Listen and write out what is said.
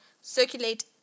circulate